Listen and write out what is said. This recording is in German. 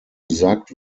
gesagt